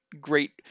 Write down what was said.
great